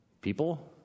people